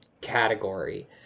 category